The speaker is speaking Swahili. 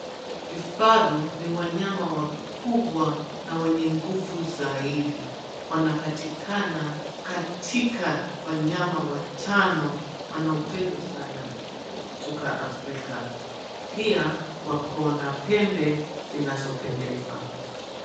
Vifaru ni wanyanya wakubwa na wenye nguvu zaidi. Wanapatikana katika wanyama watano wanaopendwa sana kutoka Afrika pia wako na pembe zinazopendeza.